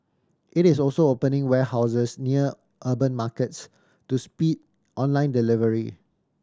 it is also opening warehouses near urban markets to speed online delivery